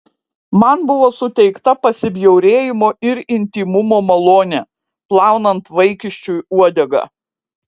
man buvo suteikta pasibjaurėjimo ir intymumo malonė plaunant vaikiščiui uodegą